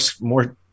more